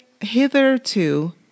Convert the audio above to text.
hitherto